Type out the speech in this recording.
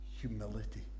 humility